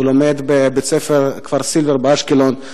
והוא לומד בבית-הספר כפר-סילבר באשקלון.